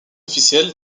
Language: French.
officielle